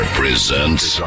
presents